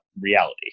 reality